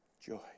Joy